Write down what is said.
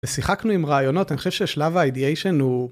ושיחקנו עם רעיונות, אני חושב ששלב ה-ideation הוא...